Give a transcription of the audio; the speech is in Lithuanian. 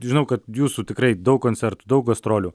žinau kad jūsų tikrai daug koncertų daug gastrolių